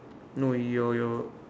no your your